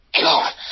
God